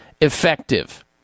effective